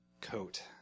coat